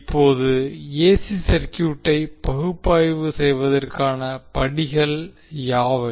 இப்போது ஏசி சர்குயூட்டை பகுப்பாய்வு செய்வதற்கான படிகள் யாவை